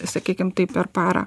sakykim taip per parą